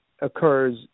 occurs